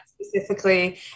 specifically